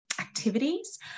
activities